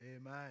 Amen